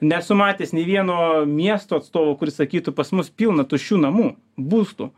nesu matęs nei vieno miesto atstovo kuris sakytų pas mus pilna tuščių namų būstų